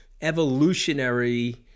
evolutionary